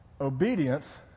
obedience